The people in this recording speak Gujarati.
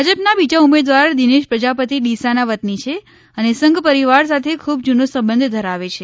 ભાજપના બીજા ઉમેદવાર દિનેશ પ્રજાપતિ ડીસાના વતની છે અને સંઘ પરિવાર સાથે ખૂબ જૂનો સંબંધ ધરાવે છે